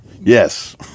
yes